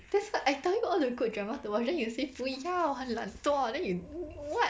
that's why I tell you all the good dramas to watch then you say 不要很愣驮 then you what